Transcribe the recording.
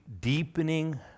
deepening